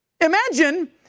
Imagine